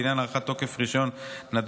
בעניין הארכת תוקף רישיון נתג"ז,